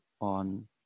on